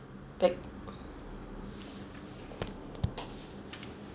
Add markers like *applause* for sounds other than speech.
bec~ *noise*